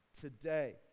today